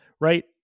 right